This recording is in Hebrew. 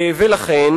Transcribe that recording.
לכן